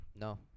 No